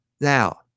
Now